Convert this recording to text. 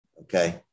okay